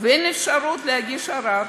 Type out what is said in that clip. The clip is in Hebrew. ואין אפשרות להגיש ערר.